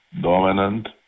dominant